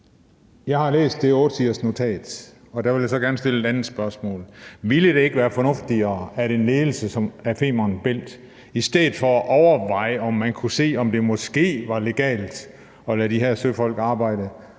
Jeg har læst det ottesidersnotat, og jeg vil gerne stille et andet spørgsmål. Ville det ikke være fornuftigere, at en ledelse af Femern Bælt i stedet for at overveje, at man kunne se, om det måske var legalt at lade de her søfolk arbejde,